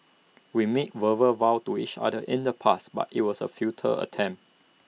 we made verbal vows to each other in the past but IT was A futile attempt